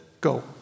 go